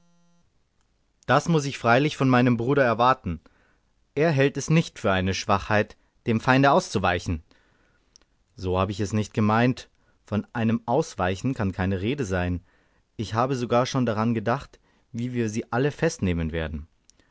das mußte ich freilich von meinem bruder erwarten er hält es nicht für eine schwachheit dem feinde auszuweichen so habe ich es nicht gemeint von einem ausweichen kann keine rede sein ich habe sogar schon daran gedacht wie wir sie alle festnehmen werden